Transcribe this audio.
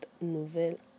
nouvelle